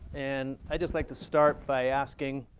and i'd just like to start by asking,